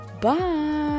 Bye